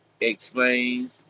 explains